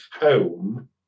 home